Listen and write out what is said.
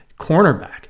Cornerback